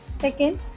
second